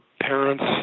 parents